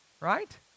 Right